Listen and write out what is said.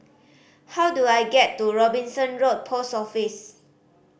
how do I get to Robinson Road Post Office